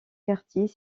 quartiers